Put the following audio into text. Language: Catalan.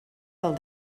del